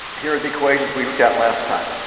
here are the equations we looked at last time.